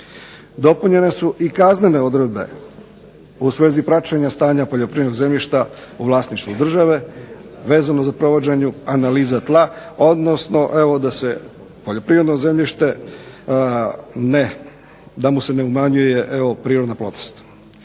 Dopunjene su i kaznene odredbe u svezi praćenja stanja poljoprivrednog zemljišta u vlasništvu države vezano za provođenje analiza tla, odnosno evo da se poljoprivredno zemljište ne, da mu se ne umanjuje evo prirodna plodnost.